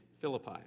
Philippi